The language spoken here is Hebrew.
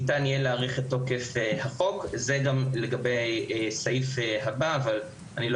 ניתן יהיה להאריך את תוקף החוק וזה גם לגבי הסעיף הבא אבל אני לא